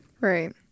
Right